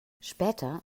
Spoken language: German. später